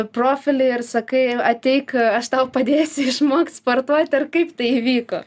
profilį ir sakai ateik aš tau padėsiu išmokt sportuot ar kaip tai įvyko